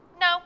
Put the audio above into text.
no